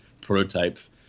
prototypes